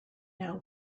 now